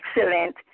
excellent